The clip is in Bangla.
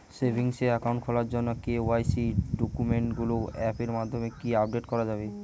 সেভিংস একাউন্ট খোলার জন্য কে.ওয়াই.সি ডকুমেন্টগুলো অ্যাপের মাধ্যমে কি আপডেট করা যাবে?